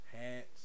hats